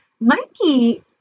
Nike